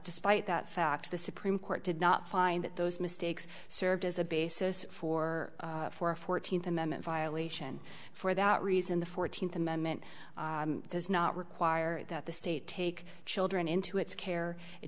despite that fact the supreme court did not find that those mistakes served as a basis for for a fourteenth amendment violation for that reason the fourteenth amendment does not require that the state take children into its care it